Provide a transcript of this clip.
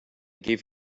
gave